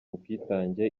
ubwitange